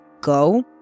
go